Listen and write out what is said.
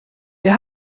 der